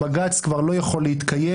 בג"ץ כבר לא יכול להתקיים,